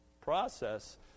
process